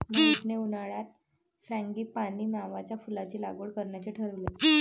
महेशने उन्हाळ्यात फ्रँगीपानी नावाच्या फुलाची लागवड करण्याचे ठरवले